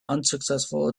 unsuccessful